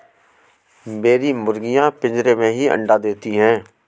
मेरी मुर्गियां पिंजरे में ही अंडा देती हैं